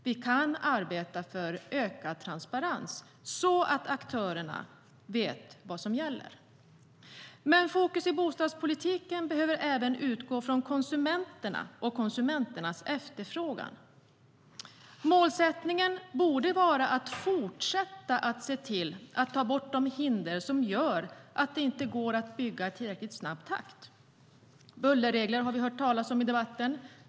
Vi kan arbeta för ökad transparens så att aktörerna vet vad som gäller. Men fokus i bostadspolitiken behöver även utgå från konsumenterna och vad de efterfrågar. Målsättningen borde vara att fortsätta att se till att ta bort de hinder som gör att det inte går att bygga i tillräckligt snabb takt. Bullerregler har vi hört talas om i debatten.